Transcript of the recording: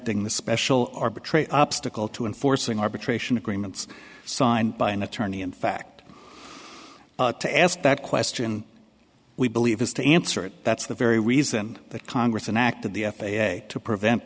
ting the special arbitrate obstacle to enforcing arbitration agreements signed by an attorney in fact to ask that question we believe has to answer that's the very reason that congress an act of the f a a to prevent